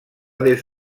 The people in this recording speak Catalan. des